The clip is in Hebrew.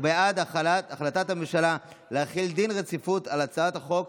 הוא בעד החלטת הממשלה להחיל דין רציפות על הצעת החוק.